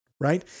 right